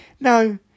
No